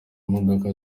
imodoka